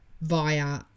via